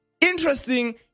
interesting